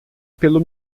pelo